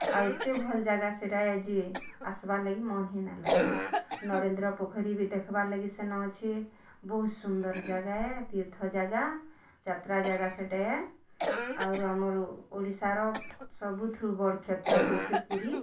ଆଉ ଏତେ ଭଲ୍ ଜାଗା ଯେ ଆସ୍ବାର୍ ଲାଗି ମନ୍ ହିଁ ନା ଲାଗି ନରେନ୍ଦ୍ର ପୋଖରୀ ବି ଦେଖ୍ବାର୍ ଲାଗି ସେନ ଅଛି ବହୁତ୍ ସୁନ୍ଦର୍ ଜାଗା ଏ ତୀର୍ଥ ଜାଗା ଯାତ୍ରା ଜାଗା ସେଟାଏ ଆଉରୁ ଆମରୁ ଓଡ଼ିଶାର୍ ସବୁଥୃ ବଡ଼ କ୍ଷେତ୍ର ହେଉଛି ପୁରି